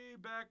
back